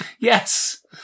yes